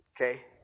Okay